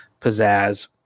pizzazz